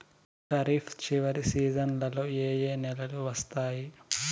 ఖరీఫ్ చివరి సీజన్లలో ఏ ఏ నెలలు వస్తాయి